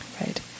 right